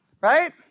right